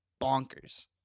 Bonkers